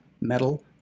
metal